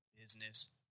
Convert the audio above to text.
business